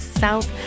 south